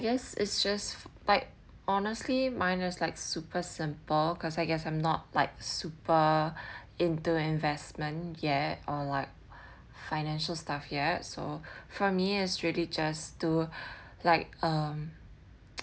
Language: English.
I guess it's just but honestly mine is like super simple cause I guess I'm not like super into investment yet or like financial stuff yet so for me is really just to like um